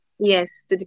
Yes